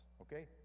Okay